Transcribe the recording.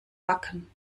backen